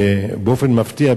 באופן מפתיע,